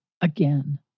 again